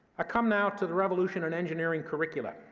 i come now to the revolution in engineering curricula.